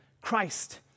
Christ